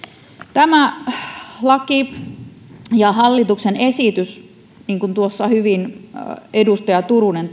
tämä laki ja hallituksen esitys niin kuin tuossa hyvin edustaja turunen